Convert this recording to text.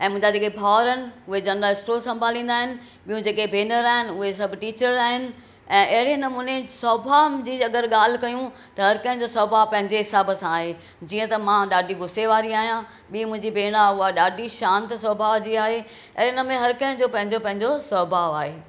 ऐं मुहिंजा जेके भाउर आहिनि उहे जनरल स्टोर संभालींदा आहिनि ॿियूं जेके भेनर आहिनि उहे सभु टीचर आहिनि ऐं एहिड़े नमूने स्वाभाव जी अॻरि ॻाल्हि कयूं त हर कंहिं जो स्वाभाव पंहिंजी हिसाब सां आहे जीअं त मां ॾाढी गुसे वारी आहियां ॿीं मुहिंजी भेण आहे उहा ॾाढी शांति स्वाभाव जी आहे एहिड़े नमूने हर कंहिं जो पंहिंजो पंहिंजो स्वाभाव आहे